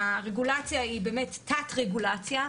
הרגולציה היא באמת תת רגולציה,